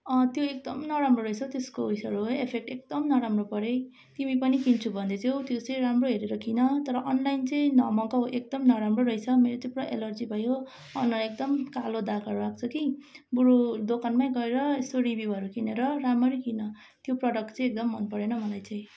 अँ त्यो एकदम नराम्रो रहेछ त्यसको उयोहरू है इफेक्ट एकदम नराम्रो पऱ्यो तिमी पनि किन्छु भन्दै थियौ त्यो चाहिँ राम्रो हेरेर किन तर अनलाइन चाहिँ नमगाऊ एकदम नराम्रो रहेछ मलाई त पुरा एलर्जी भयो अनुहार एकदम कालो दागहरू आएको छ कि बरू दोकानमै गएर यसो रिभ्यूहरू किनेर राम्ररी किन त्यो प्रडक्ट चाहिँ एकदम मनपरेन मलाई चाहिँ